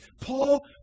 Paul